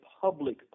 public